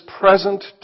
present